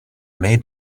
made